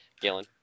Galen